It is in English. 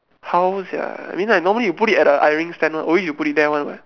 how sia I mean like normally you put it at the ironing stand [one] always you put it there one lah